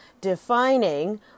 defining